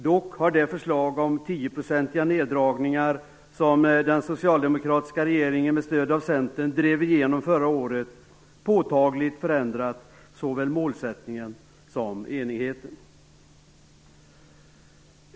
Dock har det förslag till tioprocentiga neddragningar som den socialdemokratiska regeringen med stöd av Centern drev igenom förra året påtagligt förändrat såväl målsättningen som enigheten.